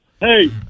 Hey